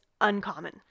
uncommon